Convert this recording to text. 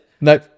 no